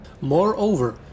Moreover